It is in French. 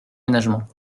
ménagement